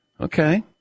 Okay